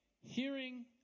Hearing